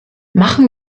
machen